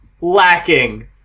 lacking